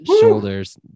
shoulders